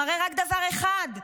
מראה רק דבר אחד,